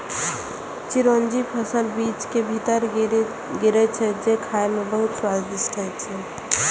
चिरौंजी फलक बीज के भीतर गिरी छियै, जे खाइ मे बहुत स्वादिष्ट होइ छै